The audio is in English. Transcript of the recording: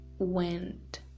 went